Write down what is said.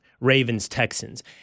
Ravens-Texans